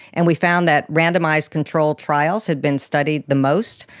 and we found that randomised control trials had been studied the most,